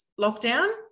lockdown